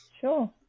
Sure